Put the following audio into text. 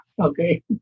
okay